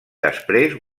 després